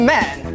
Man